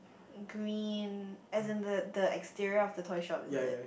green as in the the exterior of the toy shop is it